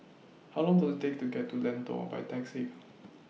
How Long Does IT Take to get to Lentor By Taxi